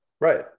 Right